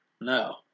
No